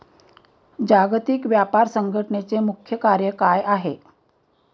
जागतिक व्यापार संघटचे मुख्य कार्य काय आहे?